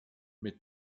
mit